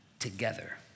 Together